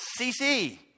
CC